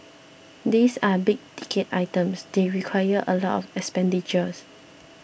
these are big ticket items they require a lot of expenditure